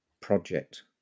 project